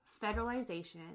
federalization